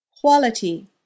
Quality